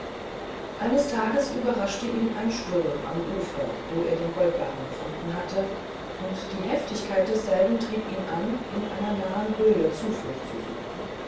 eines tages überraschte ihn ein sturm am ufer wo er den goldbarren gefunden hatte und die heftigkeit desselben trieb ihn an in einer nahen höhle zuflucht zu suchen